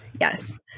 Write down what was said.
Yes